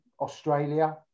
Australia